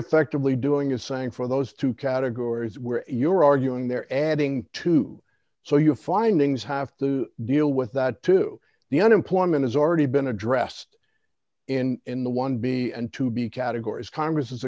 effectively doing is saying for those two categories where you're arguing they're adding two so your findings have to deal with that to the unemployment has already been addressed in in the one b and to be categories congress has